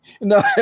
No